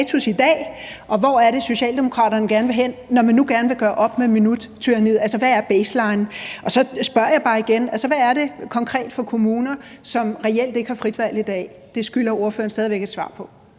hvad status er i dag, og hvor det er, Socialdemokraterne gerne vil hen, når man nu gerne vil gøre op med minuttyranniet. Altså, hvad er baseline? Og så spørger jeg bare igen: Hvad er det konkret for kommuner, som reelt ikke har frit valg i dag? Det skylder ordføreren stadig væk et svar på.